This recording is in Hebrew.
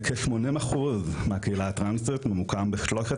כ-80% מהקהילה הטרנסית ממוקם בשלושת